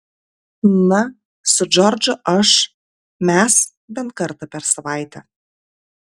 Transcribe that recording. na su džordžu aš mes bent kartą per savaitę